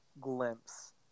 glimpse